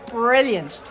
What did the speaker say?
brilliant